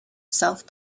self